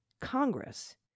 Congress